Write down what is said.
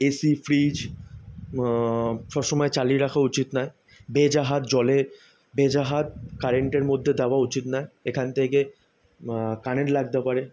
AC fridge সব সময় চালিয়ে রাখা উচিৎ নয় ভেজা হাত জলে ভেজা হাত কারেন্টের মধ্যে দেওয়া উচিৎ নয় এখান থেকে কারেন্ট লাগতে পারে